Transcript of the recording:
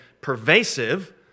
pervasive